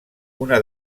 una